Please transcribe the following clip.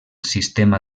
sistema